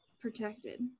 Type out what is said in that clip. protected